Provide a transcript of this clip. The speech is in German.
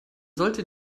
sollte